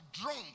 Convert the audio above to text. drunk